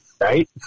Right